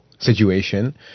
Situation